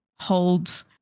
holds